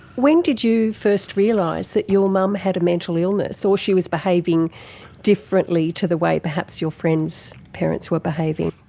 when did you first realise that your mum had a mental illness or she was behaving differently to the way perhaps your friends' parents were behaving?